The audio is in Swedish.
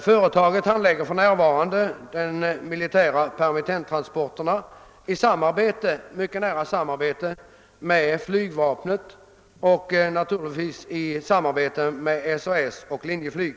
Företaget handhar för närvarande de militära permittenttransporterna i mycket nära samarbete med flygvapnet och naturligtvis även med SAS och Linjeflyg.